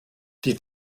die